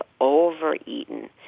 overeaten